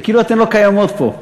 וכאילו אתן לא קיימות פה,